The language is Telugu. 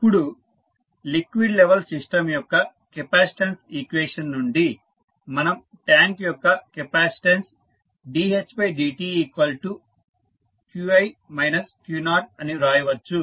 ఇప్పుడు లిక్విడ్ లెవల్ సిస్టం యొక్క కెపాసిటెన్స్ ఈక్వేషన్ నుండి మనం ట్యాంక్ యొక్క కెపాసిటెన్స్ dhdtqi q0 అని వ్రాయవచ్చు